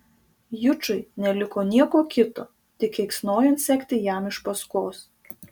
jučui neliko nieko kito tik keiksnojant sekti jam iš paskos